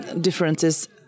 differences